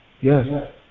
Yes